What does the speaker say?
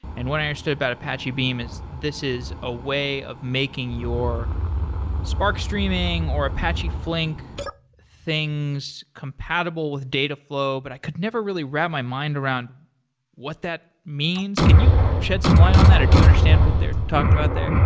and what i understood about apache beam is this is a way of making your spark streaming or apache flink things compatible with dataflow, but i could never really wrap my mind around what that means. can you shed some light on that or do you understand what they're talking about there?